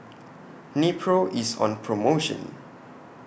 Nepro IS on promotion